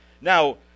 Now